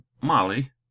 Molly